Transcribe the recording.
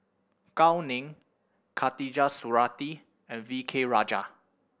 Gao Ning Khatijah Surattee and V K Rajah